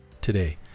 Today